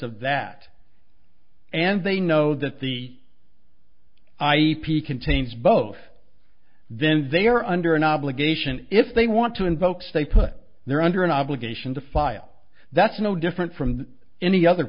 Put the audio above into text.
of that and they know that the i p contains both then they are under an obligation if they want to invoke statehood they're under an obligation to file that's no different from any other